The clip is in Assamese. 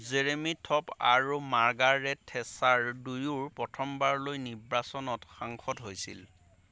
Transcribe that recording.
জেৰেমি থ'ৰ্প আৰু মাৰ্গাৰেট থেচ্চাৰ দুয়ো প্ৰথমবাৰলৈ নিৰ্বাচনত সাংসদ হৈছিল